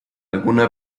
alguna